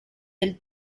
del